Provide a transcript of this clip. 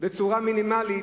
בצורה מינימלית,